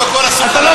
גדול.